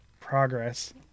progress